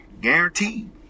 guaranteed